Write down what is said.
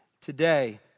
today